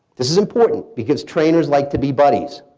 this is important because trainers like to be buddies.